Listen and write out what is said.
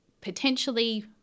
potentially